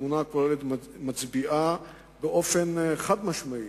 התמונה הכוללת מצביעה באופן חד-משמעי,